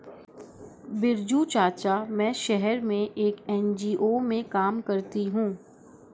बिरजू चाचा, मैं शहर में एक एन.जी.ओ में काम करती हूं